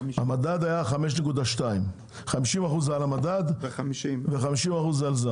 המדד היה 5.2. 50% אחוז הם על המדד ו-50% על זה,